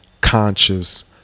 conscious